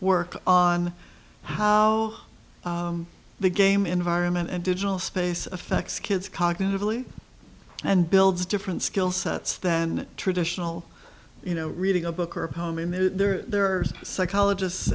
work on how the game environment and digital space affects kids cognitively and builds different skill sets than traditional you know reading a book or a home and there's psychologist